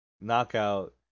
knockout